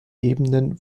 ebenen